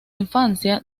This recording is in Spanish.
infancia